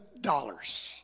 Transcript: dollars